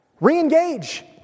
Re-engage